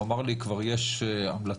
הוא אמר לי כבר יש המלצה,